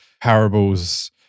parables